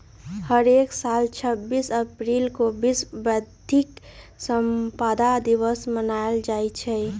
हरेक साल छब्बीस अप्रिल के विश्व बौधिक संपदा दिवस मनाएल जाई छई